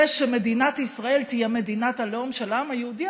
שמדינת ישראל תהיה מדינת הלאום של העם היהודי,